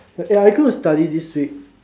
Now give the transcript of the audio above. ya I go to study this week